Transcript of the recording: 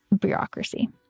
bureaucracy